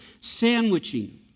sandwiching